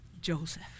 Joseph